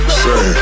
say